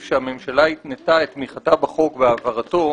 שהממשלה התנתה את תמיכתה בחוק והעברתו,